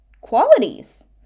qualities